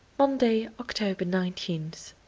monday, october nineteenth.